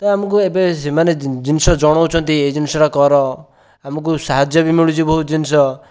ତ ଆମକୁ ଏବେ ସେମାନେ ଜିନିଷ ଜଣଉଛନ୍ତି ଏ ଜିନିଷଟା କର ଆମକୁ ସାହାଯ୍ୟବି ମିଳୁଛି ବହୁତ ଜିନିଷ